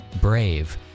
Brave